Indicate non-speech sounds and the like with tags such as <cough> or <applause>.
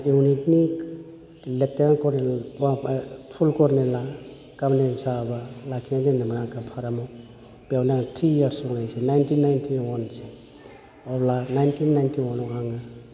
इउनिटनि lieutenant kernel <unintelligible> पुल कर्नेला <unintelligible> साहाबा लाखिनानै दोनदोंमोन आंखौ फारामाव बेयावनो आं थ्रि इयार्स मावनायसै नाइनटिन नाइटिअवानसिम अब्ला नाइनटिन नाइनटिअवानाव आङो